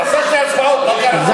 תעשה שתי הצבעות, מה קרה?